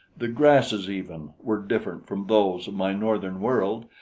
the grasses, even, were different from those of my northern world,